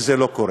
וזה לא קורה.